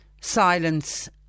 silence